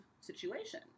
situation